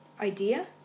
idea